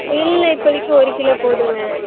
இல்லை இப்போதிக்கு ஒரு கிலோ போதுங்க